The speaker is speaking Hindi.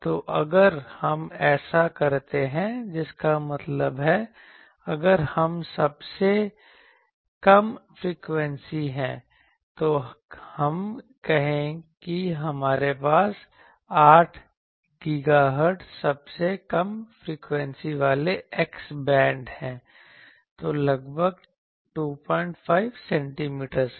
तो अगर हम ऐसा करते हैं इसका मतलब है अगर हम सबसे कम फ्रीक्वेंसी हैं तो हम कहें कि हमारे पास 8 GHz सबसे कम फ्रीक्वेंसी वाले X बैंड हैं तो लगभग 25 cm है